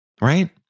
Right